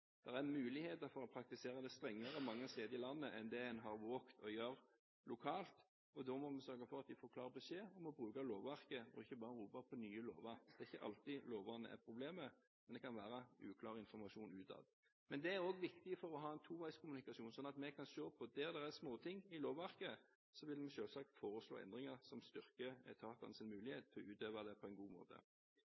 er muligheter for å praktisere det strengere mange steder i landet enn det man har våget å gjøre lokalt. Da må vi sørge for at de får klar beskjed om å bruke lovverket og ikke bare rope på nye lover. Det er ikke alltid lovene som er problemet, men det kan være uklar informasjon utad. Det er også viktig for å ha en toveiskommunikasjon. Der det er småting i lovverket, vil vi selvsagt se på det og foreslå endringer som styrker etatenes mulighet til å utøve det på en god måte.